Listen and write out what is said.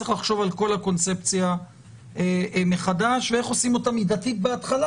צריך לחשוב על כל הקונספציה מחדש ואיך עושים אותה מידתית בהתחלה,